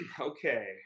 Okay